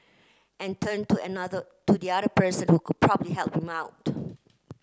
and turn to another to the other person who could probably help him out